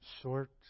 short